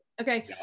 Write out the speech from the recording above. Okay